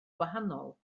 gwahanol